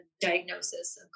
diagnosis